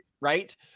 right